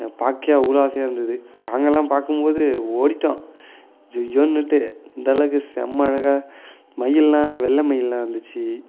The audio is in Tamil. பாக்கவே அவ்வளோ ஆசையாக இருந்துது காங்கல்லாம் பார்க்கும்போது ஓடிவிட்டோம் ஐயையோனுட்டு இந்த அளவுக்கு செம்ம அழகாக மயில் எல்லாம் வெள்ளை மயிலாக வந்துச்சு